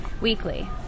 Weekly